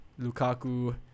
Lukaku